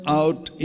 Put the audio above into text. out